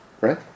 right